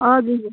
हजुर